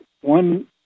one